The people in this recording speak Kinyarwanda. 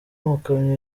amakamyo